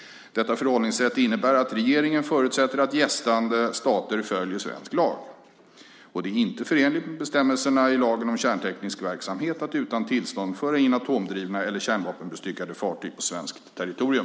Detta förhållningssätt innebär att regeringen förutsätter att gästande stater följer svensk lag. Det är inte förenligt med bestämmelserna i lagen om kärnteknisk verksamhet att utan tillstånd föra in atomdrivna eller kärnvapenbestyckade fartyg på svenskt territorium.